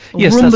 yes and